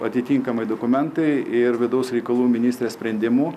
atitinkamai dokumentai ir vidaus reikalų ministrės sprendimu